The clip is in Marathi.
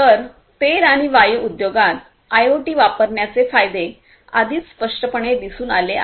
तर तेल आणि वायू उद्योगात आयओटी वापरण्याचे फायदे आधीच स्पष्टपणे दिसून आले आहेत